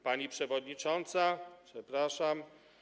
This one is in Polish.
Pani przewodnicząca, przepraszam.